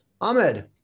Ahmed